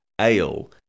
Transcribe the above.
ale